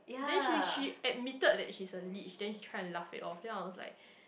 then she she admitted that she is a leech then try to laugh it off then I was like